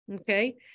okay